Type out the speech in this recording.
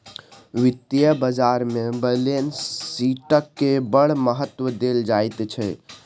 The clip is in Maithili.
वित्तीय बाजारमे बैलेंस शीटकेँ बड़ महत्व देल जाइत छै